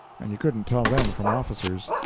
and you couldn't tell them from officers.